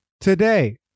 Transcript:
today